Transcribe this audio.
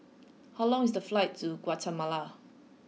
how long is the flight to Guatemala